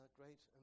great